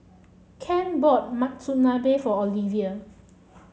Kent bought Monsunabe for Olevia